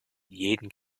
jeden